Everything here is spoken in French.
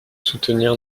soutenir